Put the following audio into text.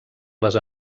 les